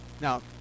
Now